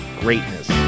greatness